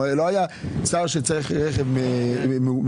הוא לא היה שר שצריך רכב ממוגן,